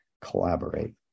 collaborate